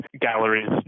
galleries